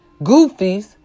goofies